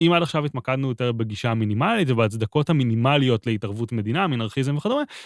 אם עד עכשיו התמקדנו יותר בגישה המינימלית ובהצדקות המינימליות להתערבות מדינה, מנרכיזם וכדומה.